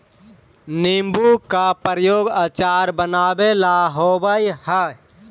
नींबू का प्रयोग अचार बनावे ला होवअ हई